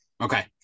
Okay